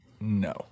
No